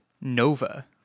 Nova